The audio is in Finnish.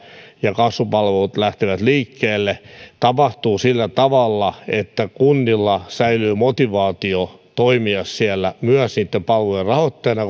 ja kasvupalvelut lähtevät liikkeelle tapahtuu sillä tavalla että kunnilla säilyy motivaatio toimia siellä myös palvelujen rahoittajana